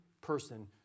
person